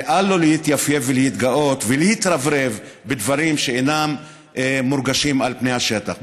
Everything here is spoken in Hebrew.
ואל לו להתייפייף ולהתגאות ולהתרברב בדברים שאינם מורגשים על פני השטח.